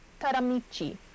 Taramichi